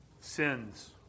Sins